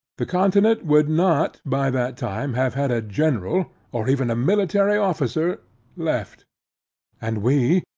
the continent, would not, by that time, have had a general, or even a military officer left and we,